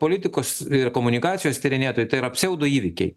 politikos ir komunikacijos tyrinėtojų tai yra pseudo įvykiai